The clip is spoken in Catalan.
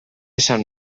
sant